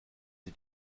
sie